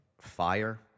fire